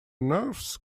nerves